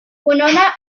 winona